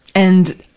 and,